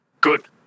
Good